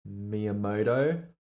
Miyamoto